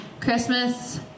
Christmas